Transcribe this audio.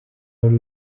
wari